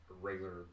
regular